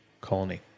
Colony